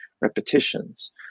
repetitions